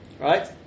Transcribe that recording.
right